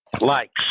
likes